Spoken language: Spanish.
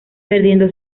perdiendo